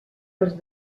els